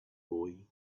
boy